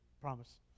promise